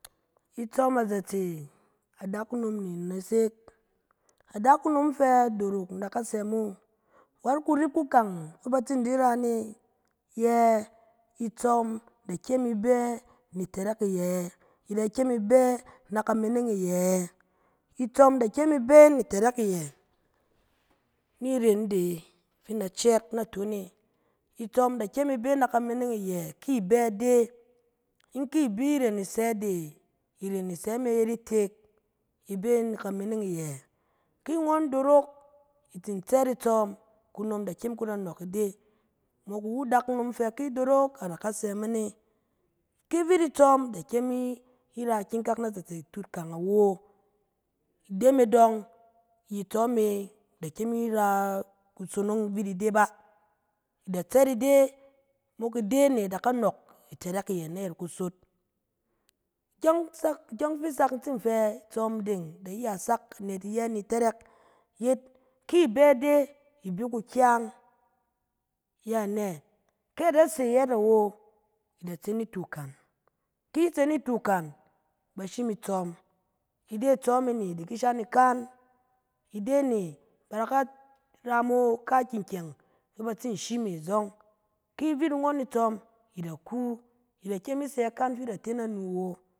Itsɔm azatse adakunom ne a nesek. Adakunom fɛ dorok in da ka sɛ mo, wat kurip kukang fɛ ba tsin di ra ne, ye, itsɔm da kyem i bɛ ni tɛrɛk iyɛ yɛ? I da kyem i bɛ na kamining iyɛ ƴɛ? Itsɔm da kyem ni bɛ ni tɛrɛk iyɛ, ni irèn ide fin in da cɛɛt naton ne. Itsɔm da kyem i bɛ ne kamining iyɛ ki i bɛ de, in ki bi rèn i sɛ de, irèn i sɛ me yet itek, i bɛ ne kamining iyɛ. Ki ngɔn dorok i tsin tsɛt itsɔm, kunom da kyem ku da nɔɔk ide, mok iwu adakunom fɛ ki ngon doro, a da ka sɛ mo ne. Ki vit itsɔm, i da kyem i ra ikikak nazatse tut kang awo. Ide me dɔng, itsɔm e, da kyem i ra- kusonong vit ide bà. Da tsɛt ide, mok ide ne da ka nɔɔk itɛrɛk iyɛ ayɛt kusot. Kyɔng sak, ikyɛng fi sak in tsin fɛ itsɔm deng da iye sak anet iyɛ ni tɛrɛk, yet ki bɛ de, i bi kukyang. Yɛ anɛ? Ke a da se yɛɛt awo, i da tse nitu kan. Ki i tse nitu kan, ba shim itsɔm, ide itsɔm e ne, i di ki shan ikan, ide ne ba da ka- ra mo kaaki kyɛng, fɛ ba tsin shim e zɔng. Ki vit ngɔn ni tsɔm, i da ku, i da kyem i sɛ kan fi i da te nanu wo.